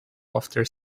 after